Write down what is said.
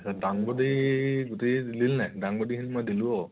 আচ্ছা ডাংবডি গুটি দিলিনে ডাংবডিখিনি মই দিলোঁ আকৌ